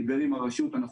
דיבר עם הרשות המקומית.